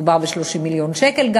גם מדובר ב-30 מיליון שקל.